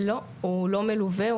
לא, הוא לא מלווה.